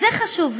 זה חשוב.